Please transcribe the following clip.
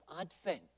Advent